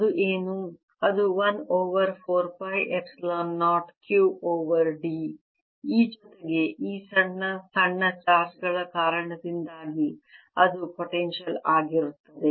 ಅದು ಏನು ಅದು 1 over 4 pi epsilon 0 Q over d ಈ ಜೊತೆಗೆ ಈ ಸಣ್ಣ ಸಣ್ಣ ಚಾರ್ಜ್ ಗಳ ಕಾರಣದಿಂದಾಗಿ ಅದು ಪೊಟೆನ್ಶಿಯಲ್ ಆಗಿರುತ್ತದೆ